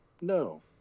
No